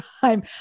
time